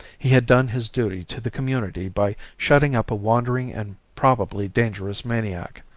he had done his duty to the community by shutting up a wandering and probably dangerous maniac.